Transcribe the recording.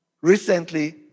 recently